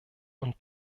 und